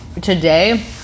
Today